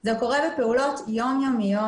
זה קורה בפעולות יום יומיות.